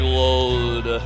load